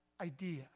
idea